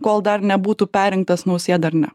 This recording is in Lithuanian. kol dar nebūtų perrinktas nausėda ar ne